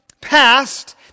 past